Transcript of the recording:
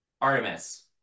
Artemis